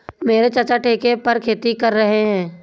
मेरे चाचा ठेके पर खेती कर रहे हैं